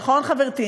נכון, חברתי?